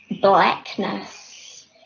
blackness